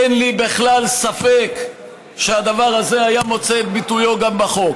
אין לי בכלל ספק שגם הדבר הזה היה מוצא את ביטויו בחוק.